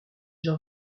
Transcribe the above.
jean